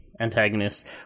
antagonist